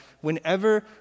whenever